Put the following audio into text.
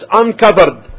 uncovered